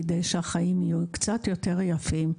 כדי שהחיים שלהם יהיו קצת יותר יפים.